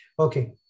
Okay